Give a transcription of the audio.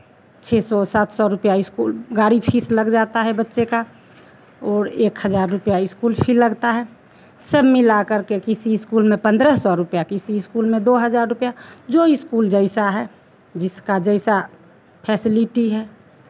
छः सौ सात सौ रुपैया स्कूल गाड़ी फ़ीस लग जाता है बच्चे का और एक हज़ार रुपैया स्कूल फ़ी लगता है सब मिलाकर के किसी स्कूल में पन्द्रह सौ रुपैया किसी स्कूल में दो हज़ार रुपैया जो स्कूल जैसा है जिसका जैसा फैसिलिटी है